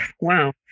Wow